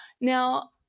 Now